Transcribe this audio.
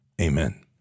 amen